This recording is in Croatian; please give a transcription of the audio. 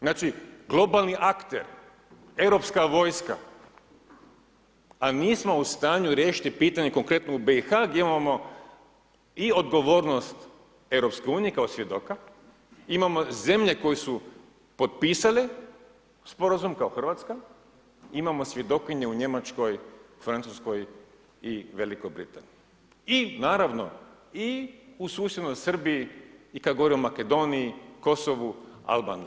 Znači, globalni akter, europska vojska, a nismo u stanju riješiti pitanje konkretno u BiH gdje imamo i odgovornost EU kao svjedoka, imamo zemlje koje su potpisale Sporazum kao RH, imamo svjedokinju u Njemačkoj, Francuskoj i Velikoj Britaniji i naravno i u susjednoj Srbiji i kada govorimo o Makedoniji, Kosovu, Albaniji.